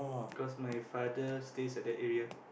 cause my father stays at that area